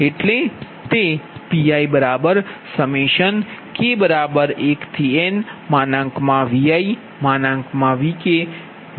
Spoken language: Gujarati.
એટલે કે Pik1nViVkGikcos⁡Biksin⁡